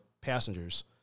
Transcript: passengers